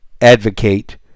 Advocate